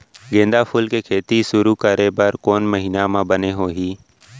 गेंदा फूल के खेती शुरू करे बर कौन महीना मा बने होही?